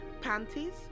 panties